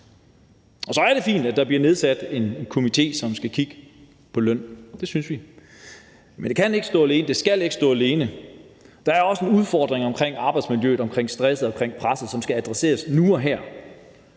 Så er det fint, at der bliver nedsat en komité, som skal kigge på løn; det synes vi. Men det kan ikke stå alene, og det skal ikke stå alene. Der er også en udfordring omkring arbejdsmiljøet, omkring stress og omkring pres, som skal adresseres nu og her,